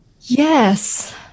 Yes